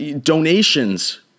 donations